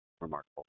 remarkable